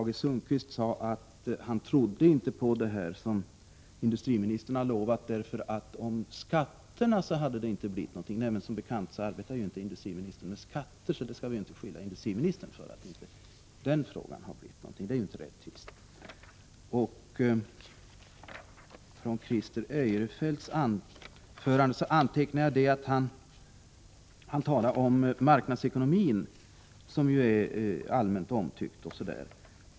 Tage Sundkvist sade att han inte trodde på det som industriministern nu lovade, därför att det inte hade blivit något av löftet om skatterna. Nej, men som bekant arbetar inte industriministern med skatter, så vi skall inte skylla på industriministern för att det inte har hänt något i den frågan — det är inte rättvist. Från Christer Eirefelts anförande antecknade jag att han talade om marknadsekonomin, som ju är allmänt omtyckt.